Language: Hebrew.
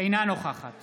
אינה נוכחת